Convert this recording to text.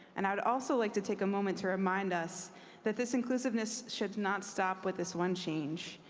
and i would also like to take a moment to remind us that this inclusive ness should not stop with this one change.